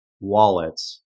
wallets